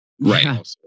Right